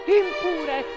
impure